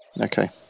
Okay